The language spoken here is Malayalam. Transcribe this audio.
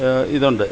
ഇതുണ്ട്